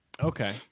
okay